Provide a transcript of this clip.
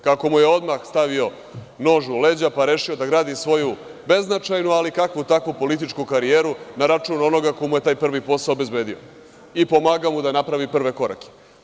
Kako mu je odmah stavio nož u leđa pa rešio da gradi svoju beznačajnu, ali kakvu-takvu političku karijeru, na račun onoga koji mu je taj prvi posao obezbedio i pomagao mu da napravi prve korake.